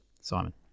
Simon